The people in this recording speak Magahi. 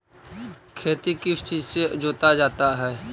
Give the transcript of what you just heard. खेती किस चीज से जोता जाता है?